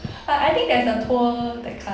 uh I think there's a tour that kind